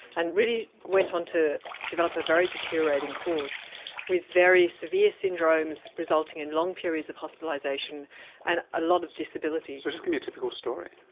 and really went on to develop a very deteriorating course with very severe syndromes resulting in long periods of hospitalisation and a lot of disability. so just give me a typical story.